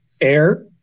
air